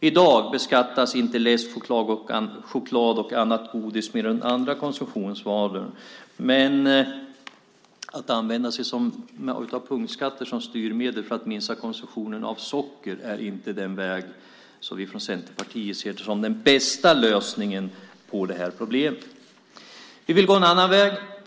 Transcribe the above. I dag beskattas inte läsk, choklad och annat godis mer än andra konsumtionsvaror, men att använda sig av punktskatter som styrmedel för att minska konsumtionen av socker är inte den väg som vi från Centerpartiets sida ser som den bästa lösningen på problemet. Vi vill gå en annan väg.